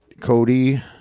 Cody